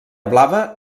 blava